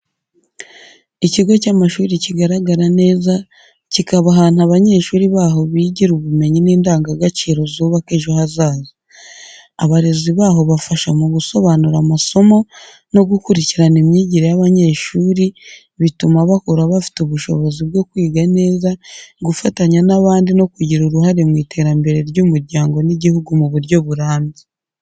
Ikigo cy’amashuri kigaragara neza, kikaba ahantu abanyeshuri baho bigira ubumenyi n’indangagaciro zubaka ejo hazaza. Abarezi baho bafasha mu gusobanura amasomo no gukurikirana imyigire y’abanyeshuri, bituma bakura bafite ubushobozi bwo kwiga neza, gufatanya n’abandi no kugira uruhare mu iterambere ry’umuryango n’igihugu mu buryo burambye.